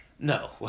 No